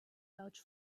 vouch